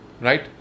Right